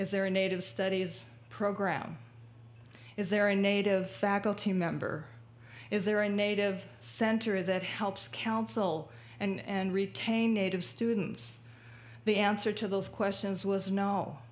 is their native studies program is there a native faculty member is there a native center that helps counsel and retain native students the answer to those questions was no